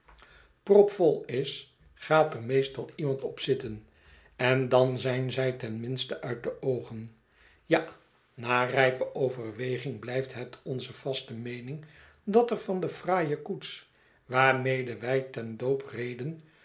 propvol is gaat er meestal iemand op zitten en dan zijn zij ten minste uit de oogen ja na rijpe overweging blijft het onze vaste meening dat er van de fraaie koets waarmede wij ten doop